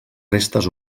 restes